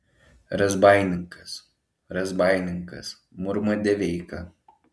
razbaininkas razbaininkas murma deveika